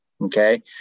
Okay